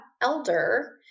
elder